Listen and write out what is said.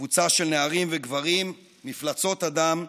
קבוצה של נערים וגברים, מפלצות אדם,